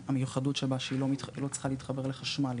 המיוחדת שבה שהיא לא צריכה להתחבר לחשמל,